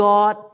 God